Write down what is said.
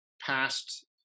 past